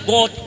God